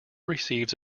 receives